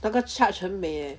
那个 charge 很美 eh